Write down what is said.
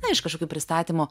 na iš kažkokių pristatymų